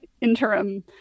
interim